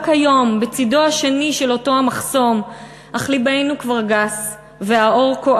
רק היום / בצדו השני / של אותו המחסום // אך לבנו כבר גס / והעור כה